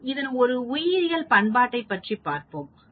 நாம் இதன் ஒரு உயிரியல் பயன்பாட்டைப் பற்றி பார்ப்போம்